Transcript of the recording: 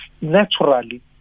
Naturally